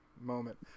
moment